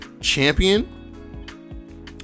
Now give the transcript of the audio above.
Champion